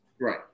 Right